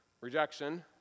Rejection